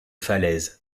falaise